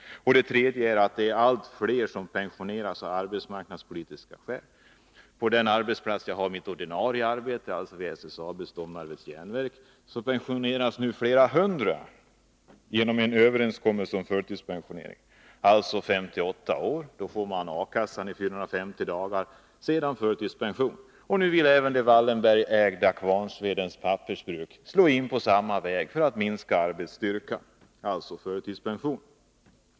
Det tredje är att allt fler pensioneras av arbetsmarknadspolitiska skäl. På den arbetsplats där jag har mitt ordinarie arbete, SSAB:s Domnarvets järnverk, pensioneras nu flera hundra genom en överenskommelse om förtidspensionering. Vid 58 år får man ersättning från A-kassa i 450 dagar och sedan förtidspension. Nu vill även det Wallenbergägda Kvarnsvedens pappersbruk slå in på samma väg för att minska sin arbetsstyrka — alltså genom förtidspension.